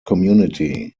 community